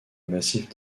massif